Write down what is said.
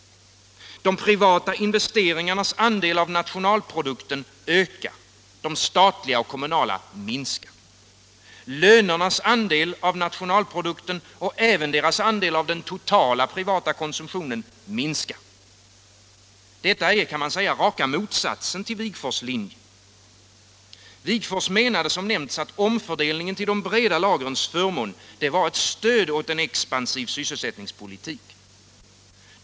De privata investeringarnas andel av nationalprodukten ökar, de statliga och kommunala investeringarnas andel minskar. Lönernas andel av nationalprodukten och även dera§ andel av den totala privata konsumtionen minskar. Detta är, kan man säga, alltså raka motsatsen till Wigforss linje. Wigforss menade att omfördelningen till de breda lagrens förmån var ett stöd åt en expansiv sysselsättningspolitik.